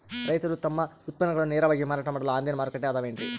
ರೈತರು ತಮ್ಮ ಉತ್ಪನ್ನಗಳನ್ನ ನೇರವಾಗಿ ಮಾರಾಟ ಮಾಡಲು ಆನ್ಲೈನ್ ಮಾರುಕಟ್ಟೆ ಅದವೇನ್ರಿ?